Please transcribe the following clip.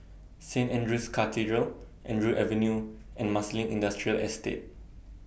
Saint Andrew's Cathedral Andrew Avenue and Marsiling Industrial Estate